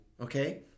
Okay